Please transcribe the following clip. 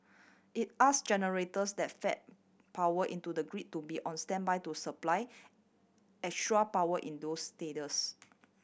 it asked generators that feed power into the grid to be on standby to supply extra power in those status